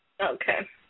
Okay